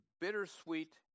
Bittersweet